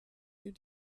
you